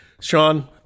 Sean